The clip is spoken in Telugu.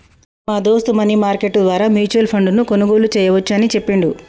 మా దోస్త్ మనీ మార్కెట్ ద్వారా మ్యూచువల్ ఫండ్ ను కొనుగోలు చేయవచ్చు అని చెప్పిండు